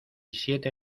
siete